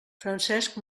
francesc